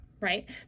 right